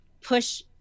push